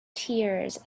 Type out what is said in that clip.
tears